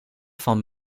van